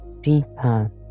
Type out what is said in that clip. deeper